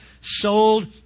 sold